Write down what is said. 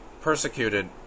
persecuted